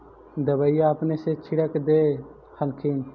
दबइया अपने से छीरक दे हखिन?